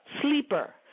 sleeper